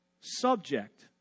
subject